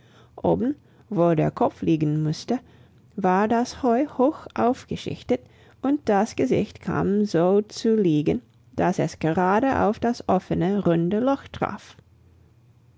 wo der kopf liegen musste war das heu hoch aufgeschichtet und das gesicht kam so zu liegen dass es gerade auf das offene runde loch traf